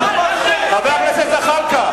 חבר הכנסת זחאלקה.